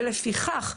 ולפיכך,